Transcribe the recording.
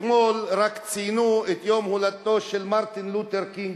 רק אתמול ציינו את יום הולדתו של מרטין לותר קינג,